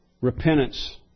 repentance